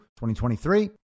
2023